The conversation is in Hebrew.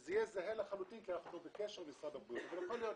שזה יהיה זהה לחלוטין כי אנחנו בקשר עם משרד הבריאות אבל יכול להיות